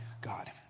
God